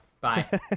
Bye